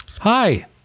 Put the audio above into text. Hi